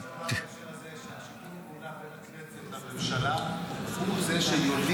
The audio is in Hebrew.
חשוב לומר בנושא הזה ששיתוף הפעולה בין הכנסת לממשלה הוא זה שיוליד